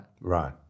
Right